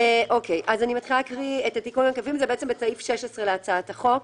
אני מתחילה להקריא את התיקונים העקיפים זה בעצם בסעיף 16 להצעת החוק,